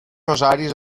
rosaris